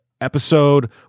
episode